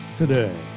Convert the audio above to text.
today